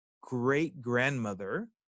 great-grandmother